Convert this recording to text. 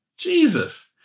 Jesus